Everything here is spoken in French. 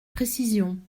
précision